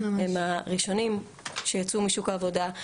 הם הראשונים שיצאו משוק העבודה,